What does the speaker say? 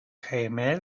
hejme